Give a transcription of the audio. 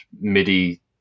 MIDI